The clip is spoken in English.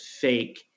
fake